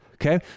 Okay